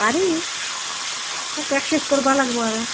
পাৰি প্ৰেক্টিছ কৰিব লাগিব আৰু